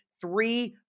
three